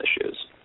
issues